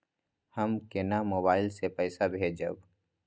हम केना मोबाइल से पैसा भेजब?